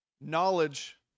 Knowledge